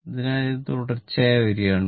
അതിനാൽ ഇത് തുടർച്ചയായ വരയാണ്